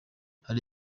hari